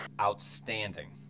Outstanding